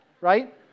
right